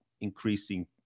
increasing